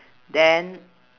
then